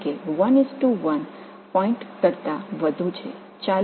9 angstrom போன்றது 1